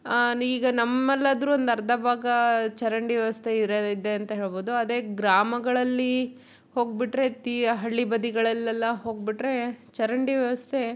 ಈಗ ನಮ್ಮಲ್ಲಾದ್ರೂ ಒಂದು ಅರ್ಧ ಭಾಗ ಚರಂಡಿ ವ್ಯವಸ್ಥೆ ಇರಲಿದೆ ಅಂತ ಹೇಳ್ಬೋದು ಅದೇ ಗ್ರಾಮಗಳಲ್ಲಿ ಹೋಗಿಬಿಟ್ರೆ ತೀರ ಹಳ್ಳಿ ಬದಿಗಳಲ್ಲೆಲ್ಲ ಹೋಗಿಬಿಟ್ರೆ ಚರಂಡಿ ವ್ಯವಸ್ಥೆ